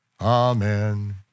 amen